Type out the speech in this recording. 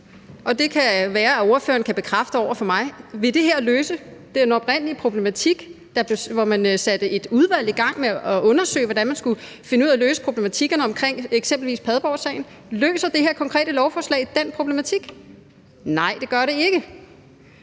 og det kan være, at ordføreren kan bekræfte det over for mig – vil det her løse den oprindelige problematik, hvor man satte et udvalg i gang med at undersøge, hvordan man skulle finde ud af at løse problematikkerne om eksempelvis Padborgsagen? Løser det her konkrete lovforslag den problematik? Nej, det gør det ikke.